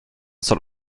soll